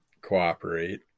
cooperate